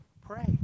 Pray